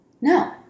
No